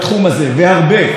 אבל זה לא מספיק.